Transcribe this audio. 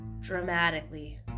dramatically